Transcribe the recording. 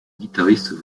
guitariste